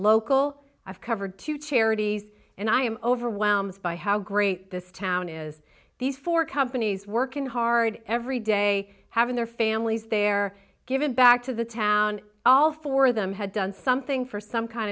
local i've covered two charities and i am overwhelmed by how great this town is these four companies working hard every day having their families they're giving back to the town all four of them had done something for some kind